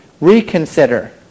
reconsider